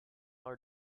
are